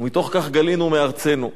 ומתוך כך גלינו מארצנו.